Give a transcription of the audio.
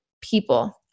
people